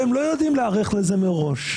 והם לא יודעים להיערך לזה מראש,